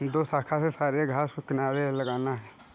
दोशाखा से सारे घास को किनारे लगाना है